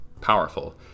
powerful